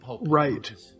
Right